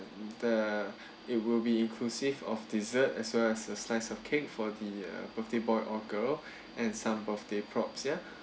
the it will be inclusive of dessert as well as a slice of cake for the uh birthday boy or girl and some birthday props ya